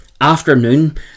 afternoon